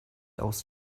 aus